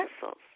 vessels